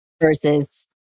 versus